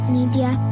Media